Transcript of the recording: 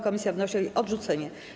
Komisja wnosi o jej odrzucenie.